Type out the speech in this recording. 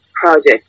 project